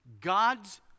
God's